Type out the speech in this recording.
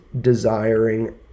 desiring